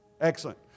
Excellent